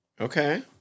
Okay